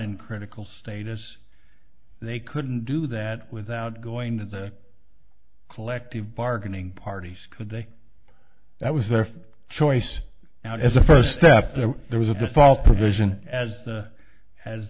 in critical status they couldn't do that without going to the collective bargaining parties could they that was their first choice now as a first step that there was a default provision as the as